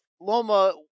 Loma